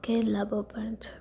ગેરલાભો પણ છે